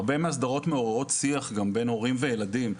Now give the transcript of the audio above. הרבה מהסדרות מעוררות שיח בין הורים לילדים.